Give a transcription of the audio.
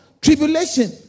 Tribulation